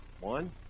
One